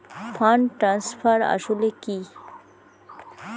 Fund transfer আসলে কী?